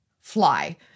fly